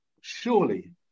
surely